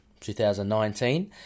2019